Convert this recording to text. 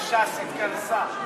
אז למה ש"ס התכנסה?